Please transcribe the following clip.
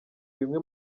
bimwe